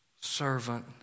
servant